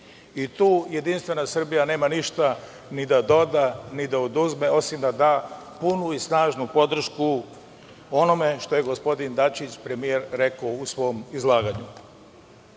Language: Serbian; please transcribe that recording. Tu jedinstvena Srbija nema ništa ni da doda, ni da oduzme, osim da da punu i snažnu podršku onome što je gospodin Dačić, premijer rekao u svom izlaganju. Neću